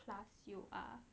plus you are